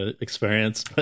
experience